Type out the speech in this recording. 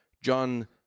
John